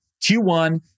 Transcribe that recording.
Q1